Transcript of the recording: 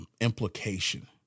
implication